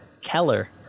Keller